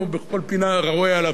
ראוי היה להפסיק אחת ולתמיד.